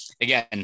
again